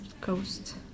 coast